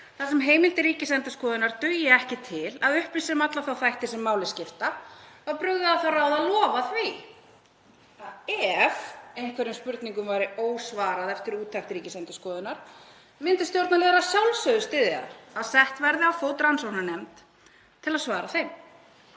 þar sem heimildir Ríkisendurskoðunar dugi ekki til að upplýsa um alla þá þætti sem máli skipta, var brugðið á það ráð að lofa því; ef einhverjum spurningum væri ósvarað eftir úttekt Ríkisendurskoðunar myndu stjórnarliðar að sjálfsögðu styðja það að sett yrði á fót rannsóknarnefnd til að svara þeim.